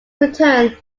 return